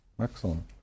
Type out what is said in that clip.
Excellent